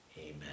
Amen